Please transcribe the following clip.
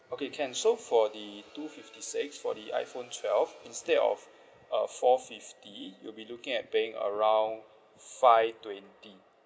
okay can so for the two fifty six for the iPhone twelve instead of uh four fifty you'll be looking at paying around five twenty